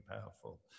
powerful